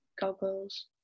goggles